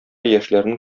яшьләрнең